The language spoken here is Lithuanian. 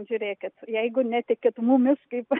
žiūrėkit jeigu netikit mumis kaip